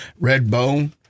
Redbone